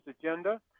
agenda